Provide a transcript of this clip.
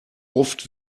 oft